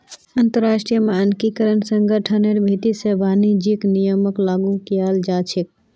अंतरराष्ट्रीय मानकीकरण संगठनेर भीति से वाणिज्यिक नियमक लागू कियाल जा छे